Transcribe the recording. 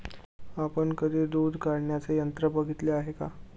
आपण कधी दूध काढण्याचे यंत्र बघितले आहे का?